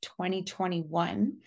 2021